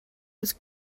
was